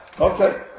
Okay